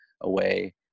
away